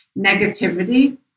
negativity